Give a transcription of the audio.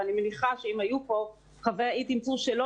אבל אני מניח שאם היו פה חברי "אם תרצו" שלא